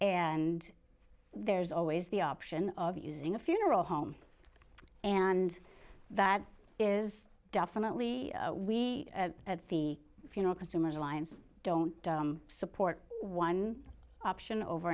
and there's always the option of using a funeral home and that is definitely we at the funeral consumers alliance don't support one option over